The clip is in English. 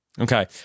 Okay